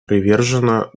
привержено